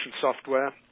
software